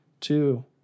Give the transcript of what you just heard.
two